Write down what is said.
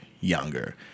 younger